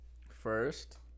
First